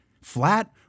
flat